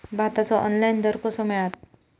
भाताचो ऑनलाइन दर कसो मिळात?